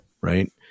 right